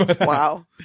wow